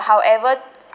however